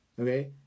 okay